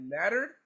mattered